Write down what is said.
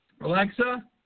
Alexa